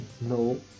no